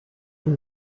une